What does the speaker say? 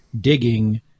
digging